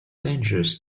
dangerous